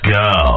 go